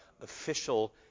official